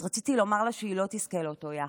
אז רציתי לומר לה שהיא לא תזכה לאותו יחס,